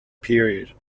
period